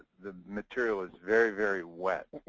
the material is very, very wet.